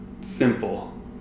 simple